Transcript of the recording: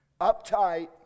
uptight